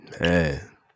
Man